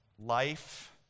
life